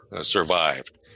survived